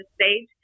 stage